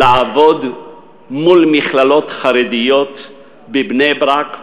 לעבוד מול מכללות חרדיות בבני-ברק ובירושלים,